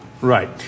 Right